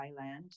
Thailand